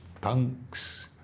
punks